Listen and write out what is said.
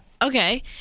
Okay